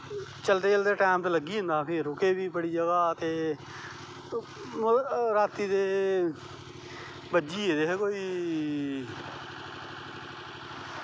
चलदे चलदे टैम ते लग्गी गै जंदा फिर रुके बी बड़ै चिर ते राती दे बज्जी गेदे हे कोई